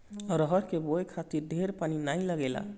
अरहर के बोए खातिर ढेर पानी नाइ लागेला